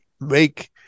make